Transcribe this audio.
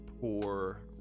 poor